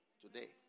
today